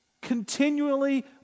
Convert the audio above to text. continually